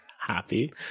Happy